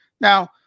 Now